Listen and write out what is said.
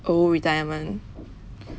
oh retirement